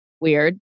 Weird